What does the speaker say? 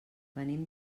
venim